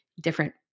different